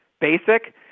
basic